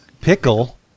Pickle